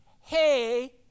Hey